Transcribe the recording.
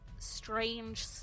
strange